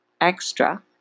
extra